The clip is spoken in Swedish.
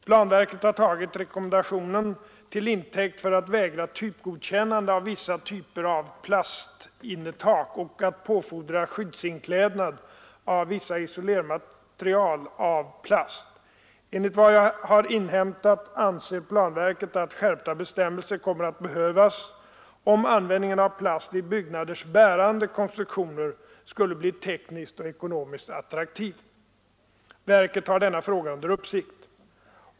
Planverket har tagit rekommendationen till intäkt för att vägra typgodkännande av vissa typer av plastinnertak och att påfordra skyddsinklädnad av vissa isolermaterial av plast. Enligt vad jag har inhämtat anser planverket att skärpta bestämmelser kommer att behövas, om användning av plast i byggnaders bärande konstruktioner skulle bli tekniskt och ekonomiskt attraktiv. Verket har denna fråga under uppsikt.